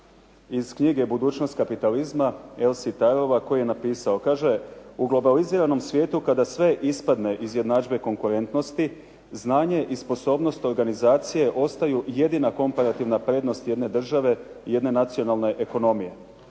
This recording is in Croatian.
iz knjige "Budućnost kapitalizma" El Sitarova koji je napisao. Kaže: "U globaliziranom svijetu kada sve ispadne iz jednadžbe konkurentnosti znanje i sposobnost organizacije ostaju jedina komparativna prednost jedne države i jedne nacionalne ekonomije.